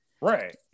right